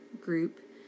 group